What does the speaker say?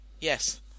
Yes